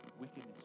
wickedness